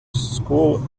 school